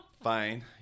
Fine